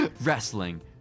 Wrestling